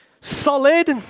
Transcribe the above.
solid